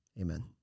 Amen